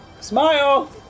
Smile